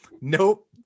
Nope